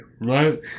right